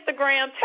Instagram